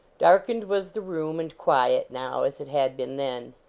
darkened was the room, and quiet now, as it had been then.